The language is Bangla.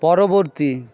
পরবর্তী